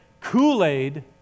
Kool-Aid